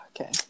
Okay